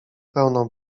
pełną